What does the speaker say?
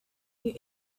you